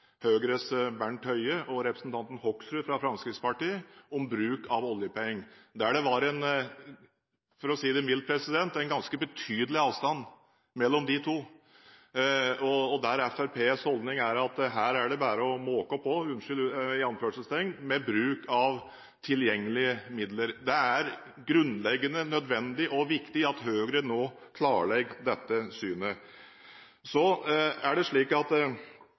Høie og representanten Bård Hoksrud fra Fremskrittspartiet om bruk av oljepenger. Det var – for å si det mildt – en ganske betydelig avstand mellom de to, og Fremskrittspartiets holdning er at her er det bare å «måke på» med bruk av tilgjengelige midler. Det er grunnleggende nødvendig og viktig at Høyre nå klarlegger dette synet. En tidligere statsminister, Jan Peder Syse, sa en gang at